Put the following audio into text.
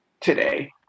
today